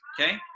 okay